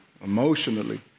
emotionally